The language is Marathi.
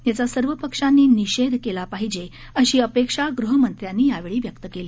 याचा सर्व पक्षांनी निषेध केला पाहिजे अशी अपेक्षा गृहमंत्र्यांनी यावेळी व्यक्त केली